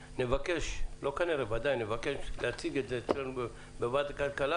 אנחנו ודאי נבקש להציג את זה אצלנו בוועדת הכלכלה,